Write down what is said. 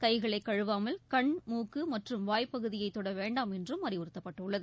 கைகளை கழுவாமல் கண் மூக்கு மற்றும் வாய் பகுதியை தொட வேண்டாம் என்றும் அறிவுறுத்தப்பட்டுள்ளது